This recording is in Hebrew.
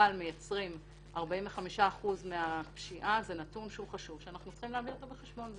אבל מייצרים 45% מהפשיעה הוא נתון חשוב שצריך להביא אותו בחשבון.